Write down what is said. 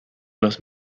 los